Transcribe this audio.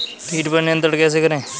कीट पर नियंत्रण कैसे करें?